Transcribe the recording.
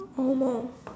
almost